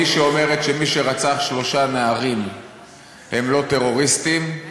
מי שאומרת שמי שרצחו שלושה נערים הם לא טרוריסטים,